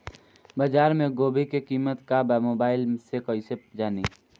बाजार में गोभी के कीमत का बा मोबाइल से कइसे जानी?